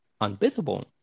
unbeatable